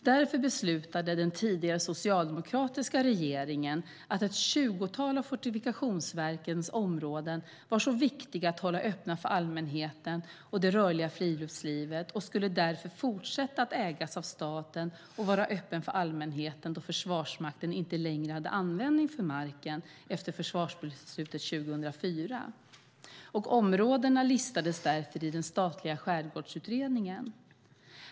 Därför beslutade den tidigare socialdemokratiska regeringen att ett tjugotal av Fortifikationsverkets områden var viktiga att hålla öppna för allmänheten och det rörliga friluftslivet. De skulle därför fortsätta att ägas av staten och vara öppna för allmänheten då Försvarsmakten inte längre hade användning för marken efter försvarsbeslutet 2004. Områdena listades därför i den statliga skärgårdsutredningen.